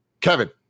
kevin